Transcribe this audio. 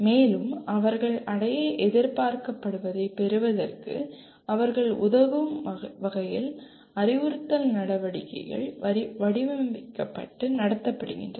மேலும் அவர்கள் அடைய எதிர்பார்க்கப்படுவதைப் பெறுவதற்கு அவர்களுக்கு உதவும் வகையில் அறிவுறுத்தல் நடவடிக்கைகள் வடிவமைக்கப்பட்டு நடத்தப்படுகின்றன